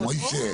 מוישה,